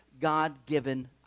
God-given